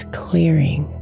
clearing